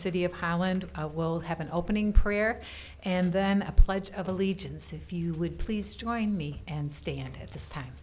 city of highland will have an opening prayer and then a pledge of allegiance if you would please join me and stand at this time